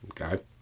okay